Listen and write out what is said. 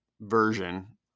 version